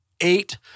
eight